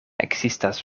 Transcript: ekzistas